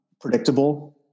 predictable